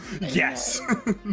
Yes